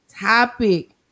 topic